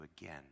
again